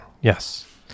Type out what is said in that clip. Yes